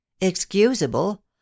Excusable